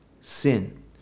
sin